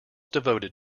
devoted